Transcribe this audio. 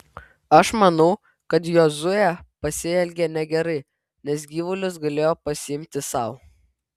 aš manau kad jozuė pasielgė negerai nes gyvulius galėjo pasiimti sau